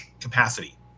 capacity